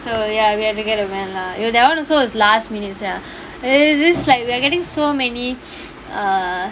so ya we have to get a van lah that [one] also last minute sia then like they're getting so many err